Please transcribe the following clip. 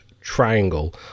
Triangle